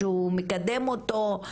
שהוא מקדם אותו,